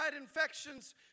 infections